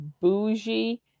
bougie